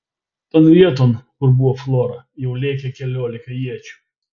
ton vieton kur buvo flora jau lėkė keliolika iečių